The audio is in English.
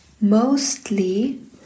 mostly